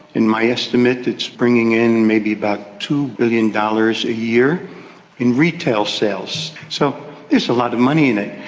in my estimate it's bringing in maybe about two billion dollars a year in retail sales. so there's a lot of money in it.